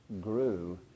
grew